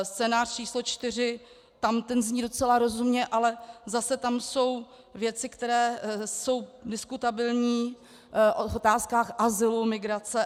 Scénář číslo čtyři, ten zní docela rozumně, ale zase tam jsou věci, které jsou diskutabilní, o otázkách azylu, migrace atd.